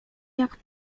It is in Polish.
jak